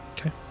Okay